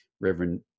Reverend